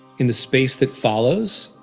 in the space that follows,